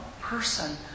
person